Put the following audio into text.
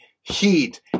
heat